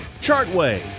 Chartway